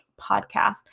podcast